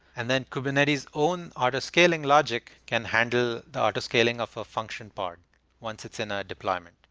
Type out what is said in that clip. and then kubernetes own auto-scaling logic can handle the auto-scaling of a function part once it's in a deployment.